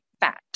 fat